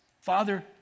father